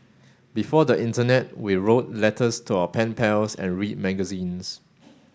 before the internet we wrote letters to our pen pals and read magazines